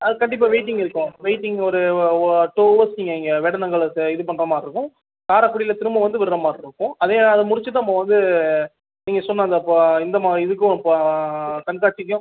அது கண்டிப்பாக வெயிட்டிங் இருக்கும் வெயிட்டிங் ஒரு டூ ஹௌர்ஸ் நீங்கள் இங்கே வேடந்தாங்கலில் இது பண்ணுற மாதிரி இருக்கும் காரைக்குடியில திரும்ப வந்து விடுகிற மாதிரி இருக்கும் அதே நம்ம முடிச்சுட்டு நம்ம வந்து நீங்கள் சொன்ன அந்த இந்த மாதிரி இதுக்கும் கண்காட்சிக்கும்